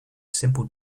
simple